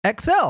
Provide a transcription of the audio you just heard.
XL